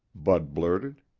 bud blurted.